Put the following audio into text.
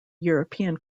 european